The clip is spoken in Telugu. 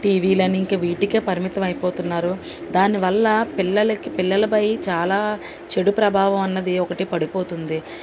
టీవీలు అని ఇంక వీటికి పరిమితమై పోతున్నారు దానివల్ల పిల్లలకి పిల్లలపై చాలా చెడు ప్రభావం అన్నది ఒకటి పడిపోతుంది